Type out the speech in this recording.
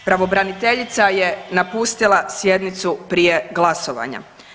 Pravobraniteljica je napustila sjednicu prije glasovanja.